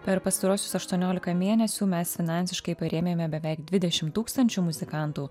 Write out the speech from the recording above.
per pastaruosius aštuoniolika mėnesių mes finansiškai parėmėme beveik dvidešim tūkstančių muzikantų